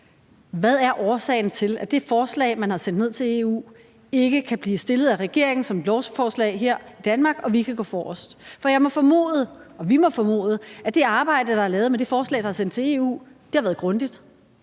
Hvad er årsagen til, at det forslag, man har sendt ned til EU, ikke kan blive fremsat af regeringen som et lovforslag her i Danmark, så vi kan gå forrest? For jeg må formode, og vi må formode, at det arbejde, der er lavet med det forslag, der er sendt til EU, har været grundigt.